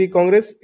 Congress